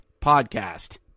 Podcast